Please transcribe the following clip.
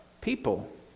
people